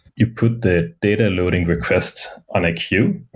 you put the data loading request on a queue.